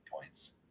points